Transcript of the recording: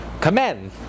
command